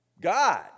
God